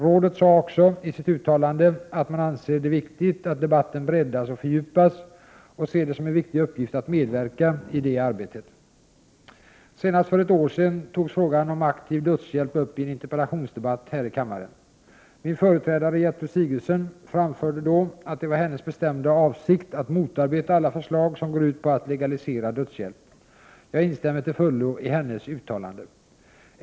Rådet sade också i sitt uttalande att man anser det viktigt att debatten breddas och fördjupas och ser det som en viktig uppgift att medverka i det arbetet. Senast för ett år sedan togs frågan om aktiv dödshjälp upp i en interpellationsdebatt här i kammaren. Min företrädare, Gertrud Sigurdsen, framförde då att det var hennes bestämda avsikt att motarbeta alla förslag som går ut på att legalisera dödshjälp. Jag instämmer till fullo i hennes uttalande.